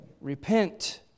Repent